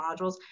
modules